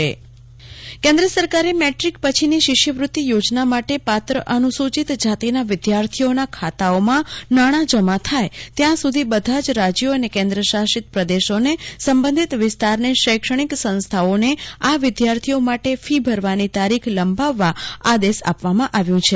કલ્પના શાહ શિષ્યવૃતિ યોજના કેન્દ્ર સરકારે મેટ્રીક પછીની શિષ્યવૃત્તિ યોજના માટે પાત્ર અનુસૂચિત જાતિનાવિદ્યાર્થીઓના ખાતાઓમાં નાણાં જમા થાય ત્યાં સુધી બધા જ રાજ્યો અને કેન્દ્ર શાસિત પ્રદેશોને સંબંધિત વિસ્તારની શૈક્ષણિક સંસ્થાઆને આ વિદ્યાર્થીઓ માટે ફી ભરવાની તારીખ લંબાવવા આદેશ આપવા જણાવ્યું છે